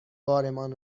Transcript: بارمان